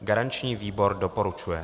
Garanční výbor doporučuje.